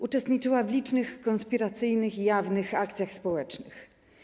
Uczestniczyła w licznych konspiracyjnych i jawnych akcjach społecznych.